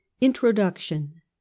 Introduction